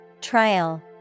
Trial